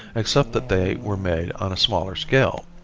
except that they were made on a smaller scale.